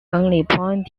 ponting